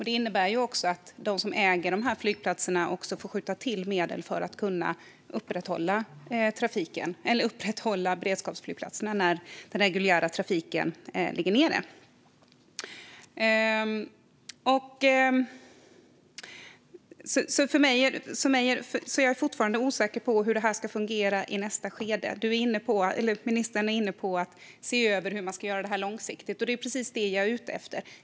Det innebär också att de som äger de här flygplatserna får skjuta till medel för att kunna upprätthålla beredskapsflygplatserna när den reguljära trafiken ligger nere. Jag är fortfarande osäker på hur det här ska fungera i nästa skede. Ministern är inne på att se över hur man kan göra det långsiktigt, och det är precis det jag är ute efter.